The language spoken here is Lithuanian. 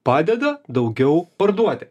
padeda daugiau parduoti